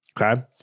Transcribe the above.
Okay